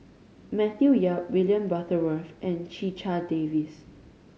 Matthew Yap William Butterworth and Checha Davies